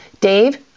Dave